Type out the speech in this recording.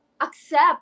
accept